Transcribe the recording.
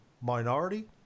minority